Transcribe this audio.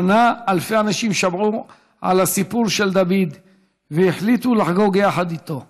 השנה אלפי אנשים שמעו על הסיפור של דוד והחליטו לחגוג יחד איתו.